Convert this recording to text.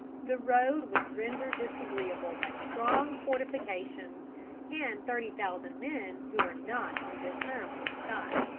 the road was rendered disagreeable by strong fortifications and thirty thousand men who were not on good terms with scott.